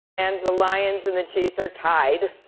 and the lions and the chiefs are tied.